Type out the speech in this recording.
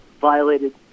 violated